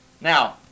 Now